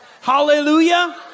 Hallelujah